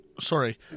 Sorry